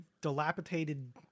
dilapidated